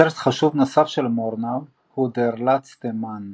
סרט חשוב נוסף של מורנאו הוא "Der Letzte Mann".